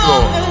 Lord